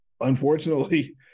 Unfortunately